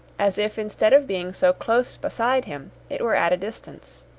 as if instead of being so close beside him, it were at a distance.